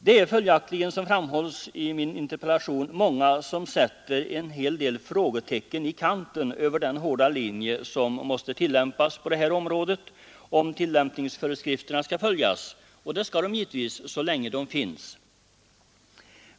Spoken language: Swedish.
Det är följaktligen, som framhålls i min interpellation, många som sätter en hel del frågetecken i kanten för den hårda linje som måste tillämpas på det här området, om tillämpningsföreskrifterna skall följas, och det skall de givetvis så länge de finns.